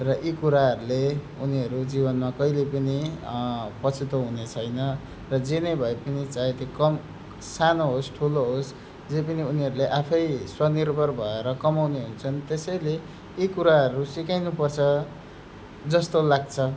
र यी कुराहरूले उनीहरू जीवनमा कहिले पनि पछुतो हुने छैन र जे नै भए पनि चाहे त्यो कम सानो होस् ठुलो होस् जे पनि उनीहरूले आफै स्वनिर्भर भएर कमाउने हुन्छन् त्यसैले यी कुराहरू सिकाइनु पर्छ जस्तो लाग्छ